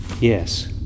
Yes